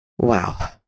Wow